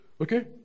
Okay